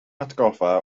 hatgoffa